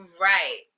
right